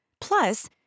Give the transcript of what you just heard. Plus